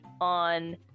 on